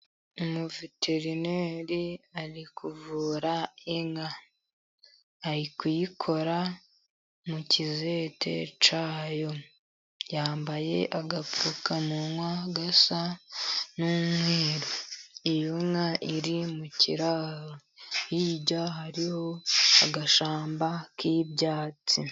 Umuveterineri ari kuvura inka, ari kuyikora mu kizete cyayo, yambaye agapfukamunwa gasa n'umweru, iyo nka iri mu kiraro, hirya hariho agashyamba k'ibyatsi.